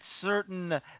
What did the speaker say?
certain